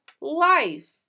life